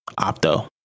Opto